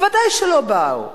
ודאי שהם לא באו.